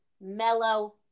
mellow